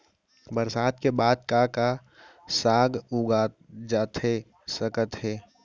बरसात के बाद का का साग उगाए जाथे सकत हे?